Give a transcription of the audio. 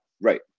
right